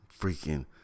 freaking